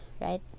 right